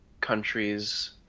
countries